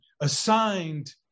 assigned